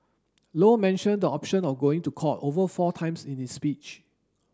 low mentioned the option of going to court over four times in his speech